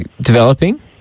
developing